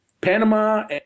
Panama